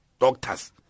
doctors